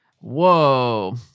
Whoa